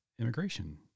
immigration